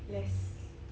less